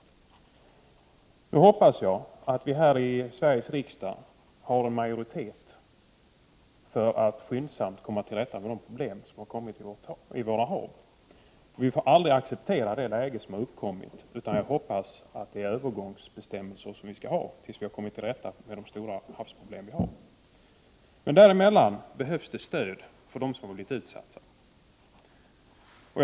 Jag hoppas att det här i Sveriges riksdag finns en majoritet för att vi skyndsamt skall komma till rätta med de problem som har uppkommit i våra hav. Vi får aldrig acceptera det läge som har uppstått. Jag hoppas att det är övergångsbestämmelser vi skall ha, tills vi har kommit rätta med de stora havsproblemen. Under tiden behövs stöd för dem som har blivit utsatta.